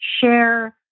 share